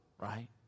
Right